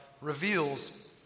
reveals